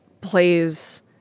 plays